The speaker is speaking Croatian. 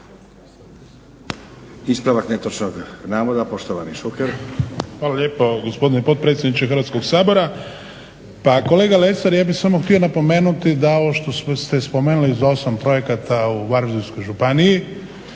Ispravak netočnog navoda, poštovani Šuker.